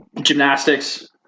Gymnastics